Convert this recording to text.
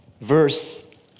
verse